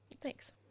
thanks